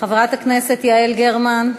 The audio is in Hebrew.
חברת הכנסת יעל גרמן,